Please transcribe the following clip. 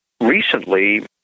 recently